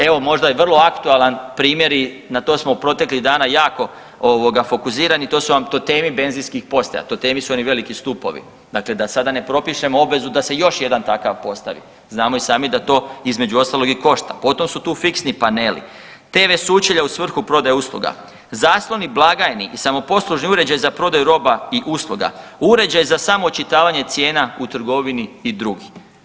Evo, možda je vrlo aktualan primjeri, na to smo proteklih dana jako fokusirani, to su vam totemi benzinskih postaja, totemi su oni veliki stupovi, dakle da sada ne propišemo obvezu da se još jedan takav postavi, znamo i sami da to, između ostalog i košta, potom su tu fiksni paneli, tv-sučelja u svrhu prodaje usluga, zasloni blagajni i samoposlužni uređaji za prodaju roba i usluga, uređaj za samoočitavanje cijena u trgovini i drugi.